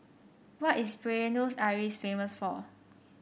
what is Buenos Aires famous for